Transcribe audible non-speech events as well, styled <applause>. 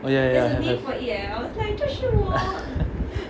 oh ya ya ya have have <laughs>